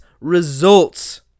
results